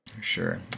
Sure